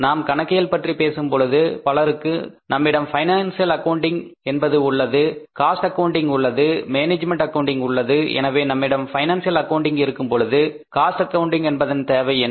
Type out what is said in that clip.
நாம் கணக்கியல் பற்றி பேசும் பொழுது பலருக்கு நம்மிடம் பைனான்சியல் அக்கவுண்டிங் உள்ளது காஸ்ட் ஆக்கவுண்டிங் உள்ளது மேனேஜ்மென்ட் அக்கவுண்டிங் உள்ளது எனவே நம்மிடம் பைனான்சியல் அக்கவுண்டிங் இருக்கும்பொழுது காஸ்ட் அக்கவுண்டிங் என்பதன் தேவை என்ன